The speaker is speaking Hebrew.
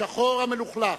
השחור המלוכלך,